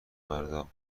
مردا